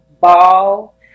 ball